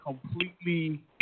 completely